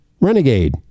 Renegade